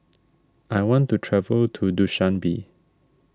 I want to travel to Dushanbe